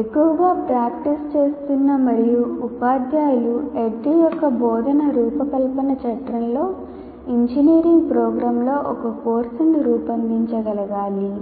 ఎక్కువగా ప్రాక్టీస్ చేస్తున్న మరియు ఉపాధ్యాయులు ADDIE యొక్క బోధనా రూపకల్పన చట్రంలో ఇంజనీరింగ్ ప్రోగ్రామ్లో ఒక కోర్సును రూపొందించగలగాలి